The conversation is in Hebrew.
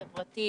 החברתי,